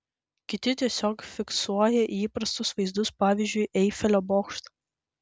kiti tiesiog fiksuoja įprastus vaizdus pavyzdžiui eifelio bokštą